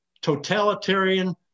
totalitarian